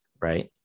right